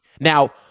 Now